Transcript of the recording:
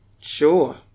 Sure